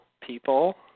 people